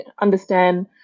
understand